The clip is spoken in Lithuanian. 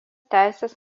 teisės